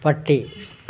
പട്ടി